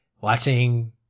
watching